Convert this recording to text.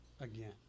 again